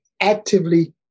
actively